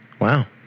Wow